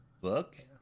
book